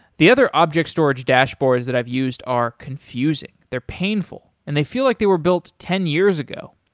the other object storage dashboards that i've used are confusing, they're painful, and they feel like they were built ten years ago.